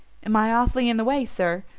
am i awfully in the way, sir?